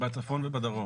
בצפון ובדרום.